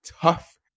tough